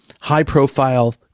high-profile